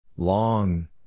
Long